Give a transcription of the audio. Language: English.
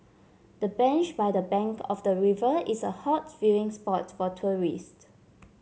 the bench by the bank of the river is a hot viewing spot for tourist